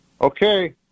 okay